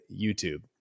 YouTube